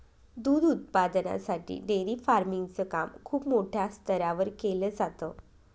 दूध उत्पादनासाठी dairy farming च काम खूप मोठ्या स्तरावर केल जात